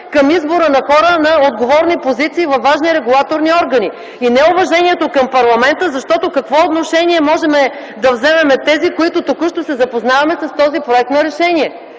към избора на хора на отговорни позиции във важни регулаторни органи и неуважението към парламента. Защото какво отношение можем да вземем тези, които току-що се запознаваме с този проект на решение?